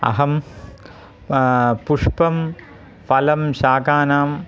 अहं पुष्पं फलं शाकानां